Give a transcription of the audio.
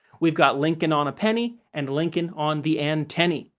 we've got lincoln on a penny, and lincoln on the antennae.